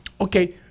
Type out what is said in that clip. Okay